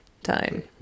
time